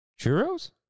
churros